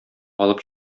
алып